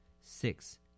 six